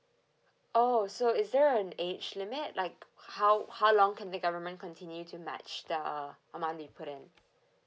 oh so is there an age limit like how how long can the government continue to match the amount that you put in